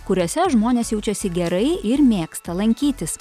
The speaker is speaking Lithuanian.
kuriose žmonės jaučiasi gerai ir mėgsta lankytis